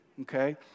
Okay